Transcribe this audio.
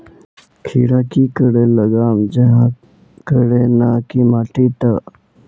खीरा की करे लगाम जाहाँ करे ना की माटी त?